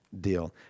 deal